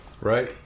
Right